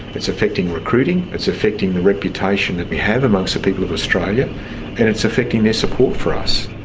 it's affecting recruiting, it's affecting the reputation that we have amongst the people of australia and it's affecting their support for us.